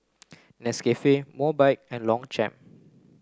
Nescafe Mobike and Longchamp